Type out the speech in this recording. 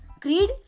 creed